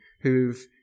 who've